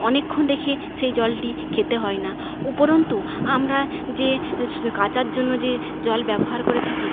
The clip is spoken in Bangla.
অনেকক্ষণ রেখে সেই জলটি খেতে হয় না উপরন্তু আমরা যে কাচার জন্য যে জল ব্যবহার করে থাকি